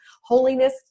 Holiness